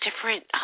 different